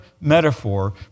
metaphor